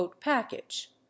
package